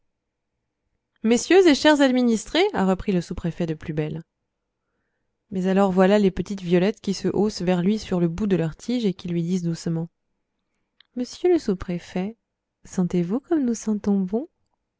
messieurs et chers administrés a repris le sous-préfet de plus belle mais alors voilà les petites violettes qui se haussent vers lui sur le bout de leurs tiges et qui lui disent doucement monsieur le sous-préfet sentez-vous comme nous sentons bon